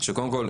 שקודם כל,